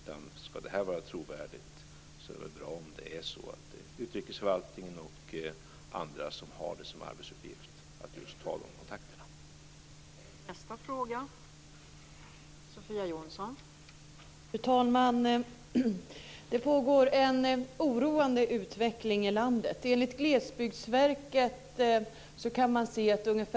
Om det här ska vara trovärdigt är det nog bra om utrikesförvaltningen och andra som har som arbetsuppgift att just ta de kontakterna gör det.